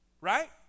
Right